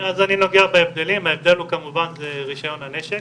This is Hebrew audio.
אני נוגע בהבדלים, ההבדל הוא כמובן זה רישיון הנשק